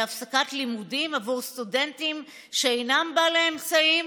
הפסקת לימודים בעבור סטודנטים שאינם בעלי אמצעים?